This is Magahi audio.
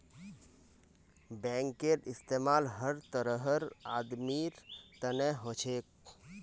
बैंकेर इस्तमाल हर तरहर आदमीर तने हो छेक